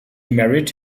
married